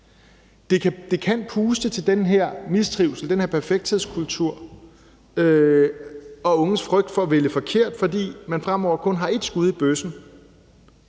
Det kan puste til den her mistrivsel, den her perfekthedskultur og til de unges frygt for at vælge forkert, fordi man fremover kun har ét skud i bøssen.